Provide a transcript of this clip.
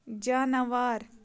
جاناوار